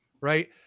Right